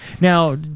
now